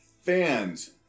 Fans